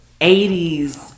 80s